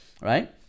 right